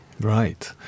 Right